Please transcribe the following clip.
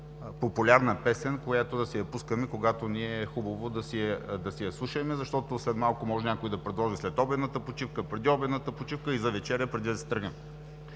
песен, която да си я пускаме, когато ни е хубаво да си я слушаме, защото след малко някой може да предложи след обедната почивка, преди обедната почивка и за вечеря преди да си тръгнем.